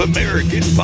American